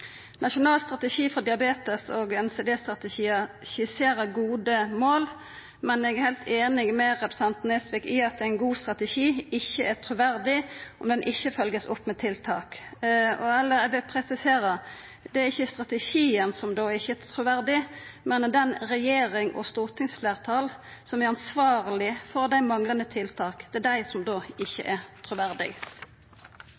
Nasjonal strategi for diabetes og NCD-strategien skisserer gode mål, men eg er heilt einig med representanten Nesvik i at ein god strategi ikkje er truverdig om han ikkje vert følgd opp med tiltak. Eg vil presisera: Det er ikkje strategien som då ikkje er truverdig – det er den regjeringa og det stortingsfleirtalet som er ansvarlege for dei manglande tiltaka, som då ikkje er